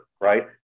right